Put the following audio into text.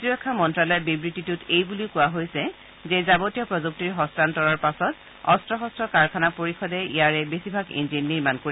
প্ৰতিৰক্ষা মন্ত্ৰ্যালয়ৰ বিবৃতিটোত এই বুলি কোৱা হৈছে যে যাৱতীয় প্ৰযুক্তিৰ হস্তান্তৰৰ পাছত অস্ত্ৰ শস্ত্ৰ কাৰখানা পৰিষদে ইয়াৰে বেছিভাগ ইঞ্জিন নিৰ্মাণ কৰিব